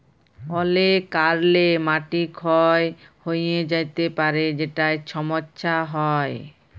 অলেক কারলে মাটি ক্ষয় হঁয়ে য্যাতে পারে যেটায় ছমচ্ছা হ্যয়